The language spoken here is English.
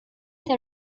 that